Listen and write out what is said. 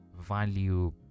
value